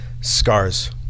scars